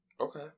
Okay